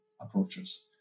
approaches